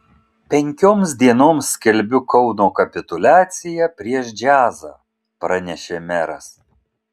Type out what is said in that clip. penkioms dienoms skelbiu kauno kapituliaciją prieš džiazą pranešė meras